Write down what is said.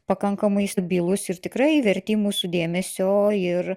pakankamai stabilūs ir tikrai verti mūsų dėmesio ir